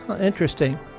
interesting